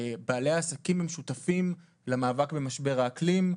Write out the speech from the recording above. בעלי עסקים הם שותפים למאבק במשבר האקלים.